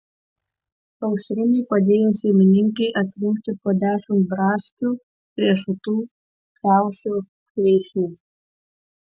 aušrinė padėjo šeimininkei atrinkti po dešimt braškių riešutų kriaušių vyšnių